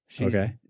Okay